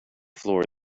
floor